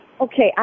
Okay